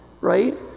right